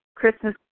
Christmas